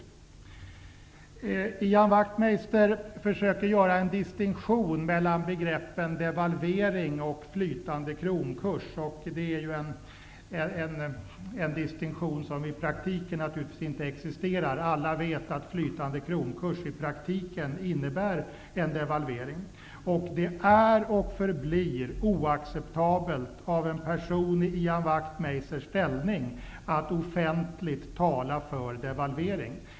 Ian Wachtmeister försöker göra en distinktion mellan begreppen devalvering och flytande kronkurs. Det är en distinktion som i praktiken naturligtvis inte existerar. Alla vet att flytande kronkurs i praktiken innebär en devalvering. Det är och förblir oacceptabelt av en person i Ian Wachtmeisters ställning att offentligt tala för en devalvering.